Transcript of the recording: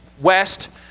West